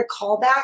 callback